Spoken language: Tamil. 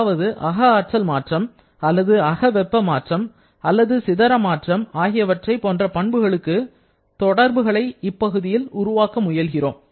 அதாவது அக ஆற்றல் மாற்றம் அல்லது அக வெப்ப மாற்றம் அல்லது சிதற மாற்றம் ஆகியவற்றை போன்ற பண்புகளுக்கு தொடர்புகளை இந்தப்பகுதியில் உருவாக்க முயல்கிறோம்